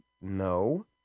no